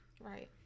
Right